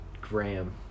Graham